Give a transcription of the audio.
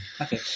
Okay